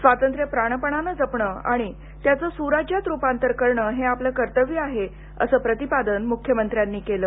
स्वातंत्र्य प्राणपणानं जपणं आणि त्याचं सुराज्यात रुपांतर करणं हे आपलं कर्तव्य आहे असं प्रतिपादन मृख्यमंत्र्यांनी केलं